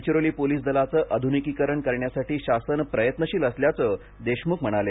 Gadchiroli police दलाचं आधुनिकीकरण करण्यासाठी शासन प्रयत्नशील असल्याचं देशमुख म्हणाले